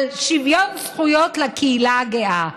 על שוויון זכויות לקהילה הגאה.